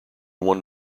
one